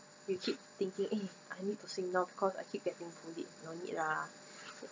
you keep thinking eh I need to slim down cause I keep getting bullied no need lah